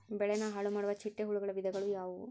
ಬೆಳೆನ ಹಾಳುಮಾಡುವ ಚಿಟ್ಟೆ ಹುಳುಗಳ ವಿಧಗಳು ಯಾವವು?